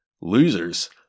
losers